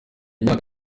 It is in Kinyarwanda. imyaka